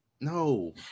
no